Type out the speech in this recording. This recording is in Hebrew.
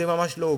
זה ממש לא הוגן,